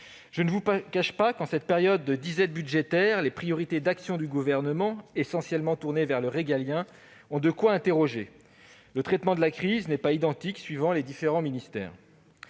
Je ne vous cache pas que, en cette période de disette budgétaire, les priorités d'action du Gouvernement, essentiellement tournées vers le régalien, ont de quoi susciter des interrogations. Le traitement de la crise n'est pas identique dans les différents ministères.